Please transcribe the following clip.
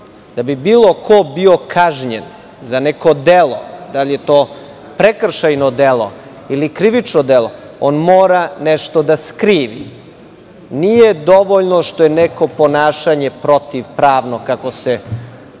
da bi bilo ko bio kažnjen za neko delo, bio to prekršaj ili krivično delo, on mora nešto da skrivi. Nije dovoljno što je neko ponašanje protivpravno, kako se